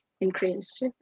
increased